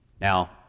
now